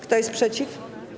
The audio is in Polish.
Kto jest przeciw?